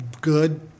good